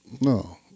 No